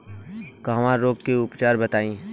डकहा रोग के उपचार बताई?